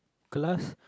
class